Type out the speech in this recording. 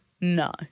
no